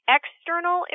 external